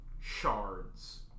shards